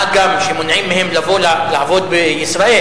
מה גם שמונעים מהם לבוא לעבוד בישראל.